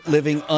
Living